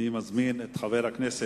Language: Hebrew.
אני מזמין את חבר הכנסת